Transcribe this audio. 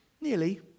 nearly